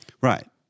Right